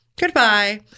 goodbye